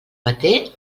peter